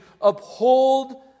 Uphold